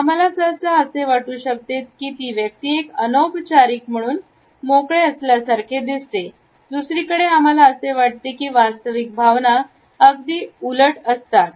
आम्हाला सहसा असे वाटू शकते की ती व्यक्ती एक अनौपचारिक म्हणून मोकळे असल्यासारखे दिसते आहे दुसरीकडे आम्हाला असे वाटते की वास्तविक भावना अगदी उलट असतात